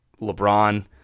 lebron